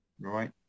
right